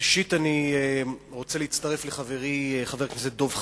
ראשית, אני רוצה להצטרף לחברי חבר הכנסת דב חנין,